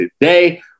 today